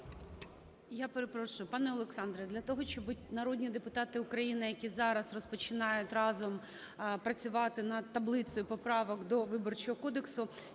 Я перепрошую, пане Олександре, для того, щоб народні депутати України, які зараз розпочинають разом працювати над таблицею поправок до Виборчого кодексу,